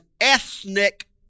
ethnic